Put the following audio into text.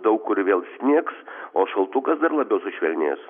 daug kur vėl snigs o šaltukas dar labiau sušvelnės